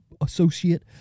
associate